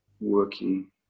working